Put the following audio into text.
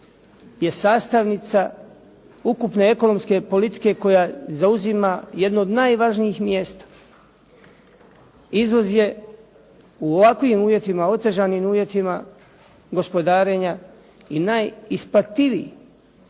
je sastavnica ukupne ekonomske politike koja zauzima jedno od najvažnijih mjesta. Izvoz je u ovakvim uvjetima, u otežanim uvjetima gospodarenja i najisplativiji